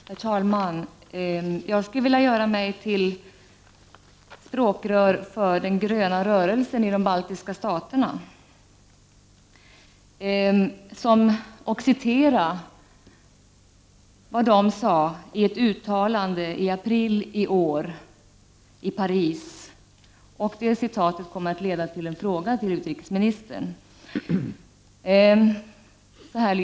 Herr talman! Jag skulle vilja göra mig till språkrör för den gröna rörelsen i de baltiska staterna och citera vad den sade i ett uttalande i april i år i Paris. Citatet kommer att leda till en fråga till utrikesministern.